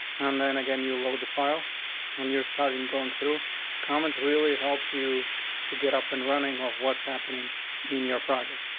and then again, you load the file when and you're starting. going through comments really help you to get up and running of what's happening in your project.